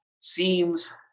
seems